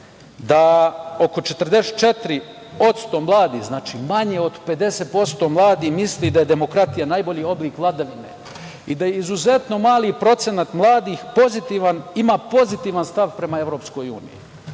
da oko 44% mladih, znači manje od 50% mladih, misli da je demokratija najbolji oblik vladavine i da izuzetno mali procenat mladih ima pozitivan stav prema EU. To je